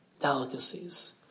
delicacies